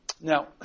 Now